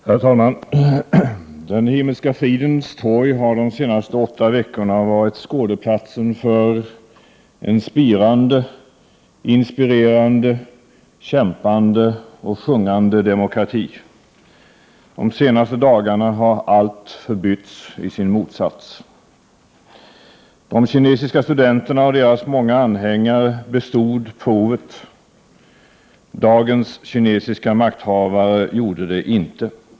Herr talman! Himmelska fridens torg har de senaste åtta veckorna varit skådeplatsen för en spirande, inspirerande, kämpande och sjungande demokrati. De senaste dagarna har allt förbytts i sin motsats. De kinesiska studenterna och deras många anhängare bestod provet. Dagens kinesiska makthavare gjorde det inte.